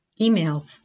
email